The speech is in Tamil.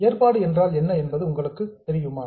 ஏற்பாடு என்றால் என்ன என்பது உங்களுக்கு தெரியுமா